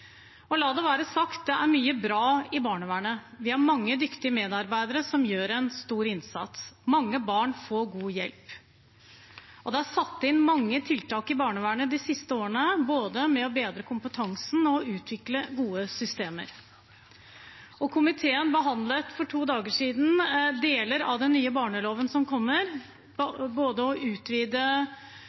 sagt: Det er mye bra i barnevernet. Vi har mange dyktige medarbeidere som gjør en stor innsats. Mange barn får god hjelp. Det er satt inn mange tiltak i barnevernet de siste årene, både for å bedre kompetansen og utvikle gode systemer. Komiteen behandlet for to dager siden deler av den nye barneloven som kommer. Det gjelder både å utvide